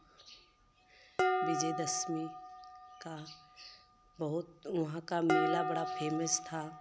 विजयदशमी का बहुत वहाँ का मेला बड़ा फेमस था